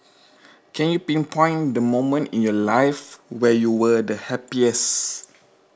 can you pinpoint the moment in your life where you were the happiest